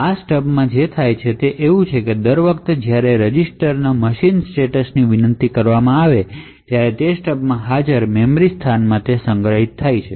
આ સ્ટબમાં જે થાય છે તે તે છે કે દર વખતે જ્યારે તે સરુ થાય ત્યારે મશીન સ્ટેટની વિનંતી કરવામાં આવે છે અને રજિસ્ટરના સ્ટેટસ આ સ્ટબમાં હાજર મેમરી સ્થાનમાં સંગ્રહિત થાય છે